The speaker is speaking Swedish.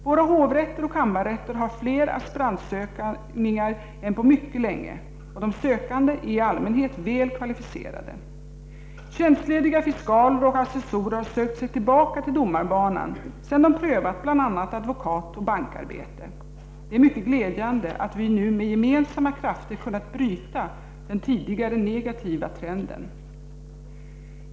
Våra hovrätter och kammarrätter har fler aspirantansökningar än på mycket länge, och de sökande är i allmänhet väl kvalificerade. Tjänstlediga fiskaler och assessorer har sökt sig tillbaka till domarbanan sedan de prövat bl.a. advokatoch bankarbete. Det är mycket glädjande att vi nu med gemensamma krafter kunnat bryta den tidigare negativa trenden.